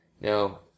Now